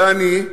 ואני,